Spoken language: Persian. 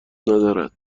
ندارد